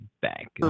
back